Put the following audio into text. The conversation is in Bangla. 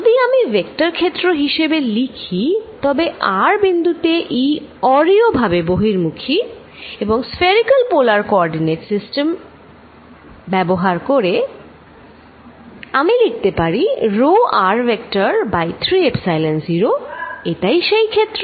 যদি আমি ভেক্টর ক্ষেত্র হিসেবে লিখি তবে r বিন্দুতে E অরিয়ভাবে বহির্মুখী এবং স্ফেরিকাল পোলার কওরডিনেট ব্যবহার করে আমি লিখতে পারি rho r vector by 3 epsilon 0 এটাই সেই ক্ষেত্র